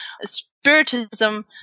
Spiritism